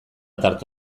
tarte